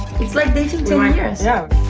it's like dating ten years. yeah.